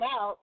out